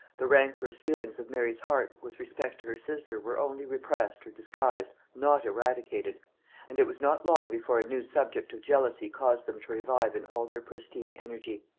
the rancorous feelings of mary's heart with respect to her sister were only repressed or disguised, not eradicated and it was not long before a new subject of jealousy caused them to revive in all their pristine energy.